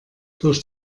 durch